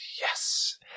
Yes